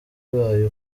ibaye